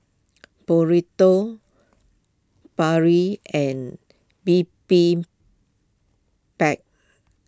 Burrito Barli and Bibimbap